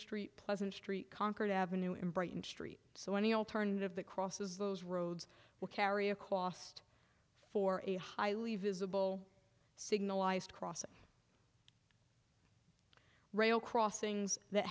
street pleasant street concord avenue in brighton street so any alternative that crosses those roads will carry a cost for a highly visible signalized crossing rail crossings that